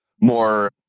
more